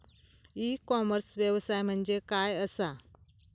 E commerce व्यवसाय म्हणजे काय असा?